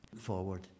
forward